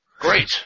Great